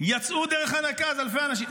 יצאו דרך הנקז אלפי אנשים.